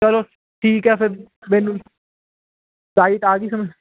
ਚਲੋ ਠੀਕ ਆ ਫਿਰ ਮੈਨੂੰ ਡਾਇਟ ਆ ਗਈ ਸਮਝ